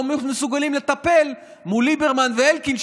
לא מסוגלים לטפל מול ליברמן ואלקין,